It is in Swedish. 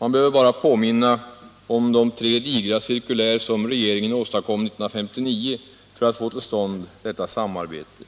Man behöver bara påminna om de tre digra cirkulär som regeringen åstadkom 1959 för att få till stånd detta samarbete.